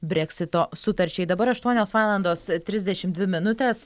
breksito sutarčiai dabar aštuonios valandos trisdešim dvi minutės